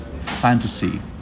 fantasy